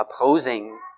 opposing